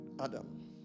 Adam